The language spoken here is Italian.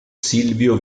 silvio